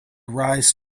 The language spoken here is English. rise